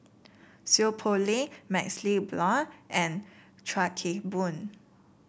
Seow Poh Leng MaxLe Blond and Chuan Keng Boon